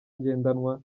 ngendanwa